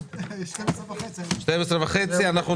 12:50.